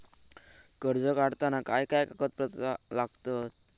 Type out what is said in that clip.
कर्ज काढताना काय काय कागदपत्रा लागतत?